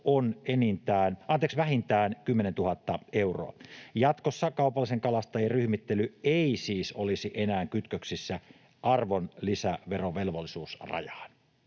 on vähintään 10 000 euroa. Jatkossa kaupallisten kalastajien ryhmittely ei siis olisi enää kytköksissä arvonlisäverovelvollisuusrajaan.